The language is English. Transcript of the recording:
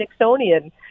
Nixonian